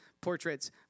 portraits